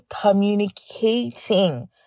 communicating